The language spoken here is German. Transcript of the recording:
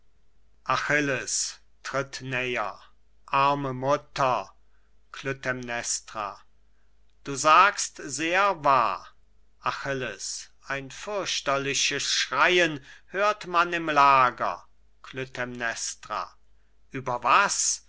achilles tritt näher arme mutter klytämnestra du sagst sehr wahr achilles ein fürchterliches schreien hört man im lager klytämnestra ueber was